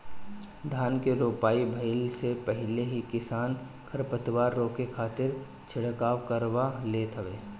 धान के रोपाई भइला से पहिले ही किसान खरपतवार रोके खातिर छिड़काव करवा लेत हवे